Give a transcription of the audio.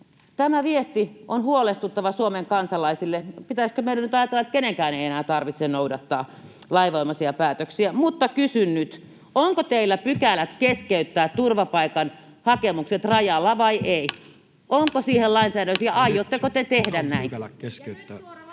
Tämä viesti on huolestuttava Suomen kansalaisille. Pitäisikö meidän nyt ajatella, että kenenkään ei enää tarvitse noudattaa lainvoimaisia päätöksiä? Mutta kysyn nyt: Onko teillä pykälät keskeyttää turvapaikanhakemiset rajalla vai ei? Onko siihen